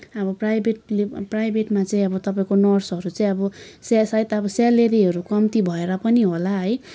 अब प्राइभेटले प्राइभेटमा चाहिँ अब तपाईँको नर्सहरू चाहिँ अब सायद अब सेलेरीहरू कम्ती भएर पनि होला है